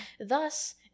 Thus